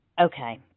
Okay